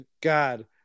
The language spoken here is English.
God